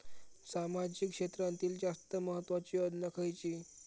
सामाजिक क्षेत्रांतील जास्त महत्त्वाची योजना खयची?